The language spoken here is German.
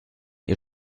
ihr